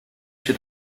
się